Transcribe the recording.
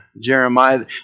Jeremiah